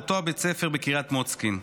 באותו בית ספר בקריית מוצקין.